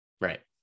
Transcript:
Right